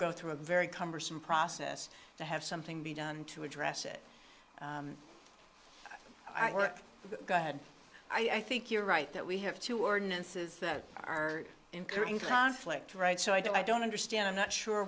go through a very cumbersome process to have something be done to address it i work with god i think you're right that we have two ordinances that are incurring conflict right so i don't i don't understand i'm not sure